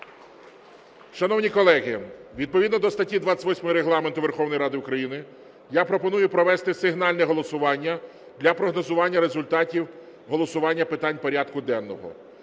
Шановні колеги, відповідно до статті 28 Регламенту Верховної Ради України, я пропоную провести сигнальне голосування для прогнозування результатів голосування питань порядку денного.